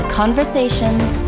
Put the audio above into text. conversations